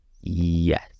Yes